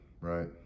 Right